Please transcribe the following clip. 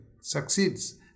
succeeds